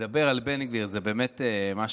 לדבר על בן גביר זה באמת משהו,